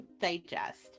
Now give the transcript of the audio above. digest